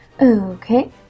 Okay